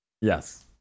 Yes